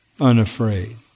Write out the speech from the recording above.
unafraid